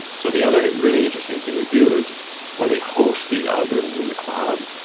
so the other really interesting thing we do is when we host these algorithms in the cloud,